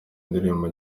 indirimbo